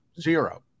Zero